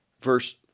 Verse